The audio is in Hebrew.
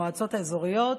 המועצות האזוריות,